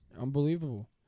unbelievable